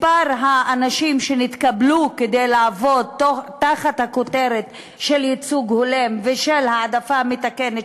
מספר האנשים שהתקבלו לעבוד תחת הכותרת "ייצוג הולם" ו"העדפה מתקנת",